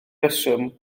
reswm